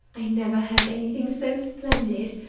i never heard anything so splendid.